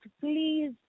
please